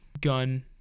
Gun